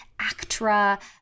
ACTRA